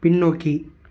பின்னோக்கி